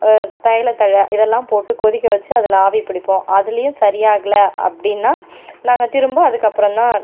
தைலத் தழை இதெல்லாம் போட்டு கொதிக்க வச்சு அதில் ஆவி பிடிப்போம் அதுலேயும் சரி ஆகலை அப்படின்னா நாங்கள் திரும்ப அதுக்கப்புறந்தான்